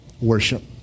Worship